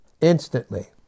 instantly